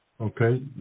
Okay